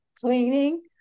cleaning